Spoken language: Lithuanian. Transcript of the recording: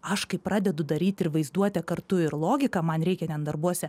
aš kai pradedu daryt ir vaizduotę kartu ir logiką man reikia ten darbuose